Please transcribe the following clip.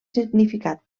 significat